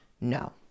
No